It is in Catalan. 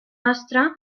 astre